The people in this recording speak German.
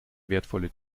wertvolle